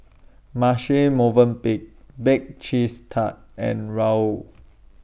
Marche Movenpick Bake Cheese Tart and Raoul